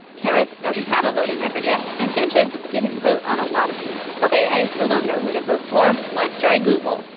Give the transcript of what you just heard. harris doesn't have a voting record yet, and sanchez didn't vote on a lot of these. okay, i still don't know who to vote for. let's try google!